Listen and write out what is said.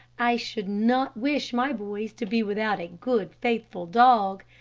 i should not wish my boys to be without a good, faithful dog.